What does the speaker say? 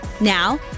Now